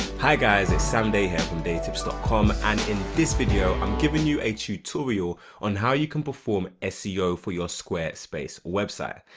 hi guys it's sam dey here from deytips dot com and in this video i'm giving you a tutorial on how you can perform squarespace seo for your squarespace website.